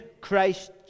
Christ